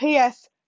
PS